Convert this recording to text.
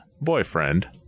boyfriend